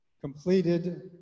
completed